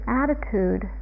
attitude